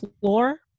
floor